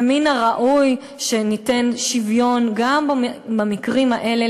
ומן הראוי שניתן שוויון גם במקרים האלה,